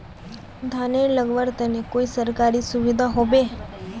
धानेर लगवार तने कोई सरकारी सुविधा होबे?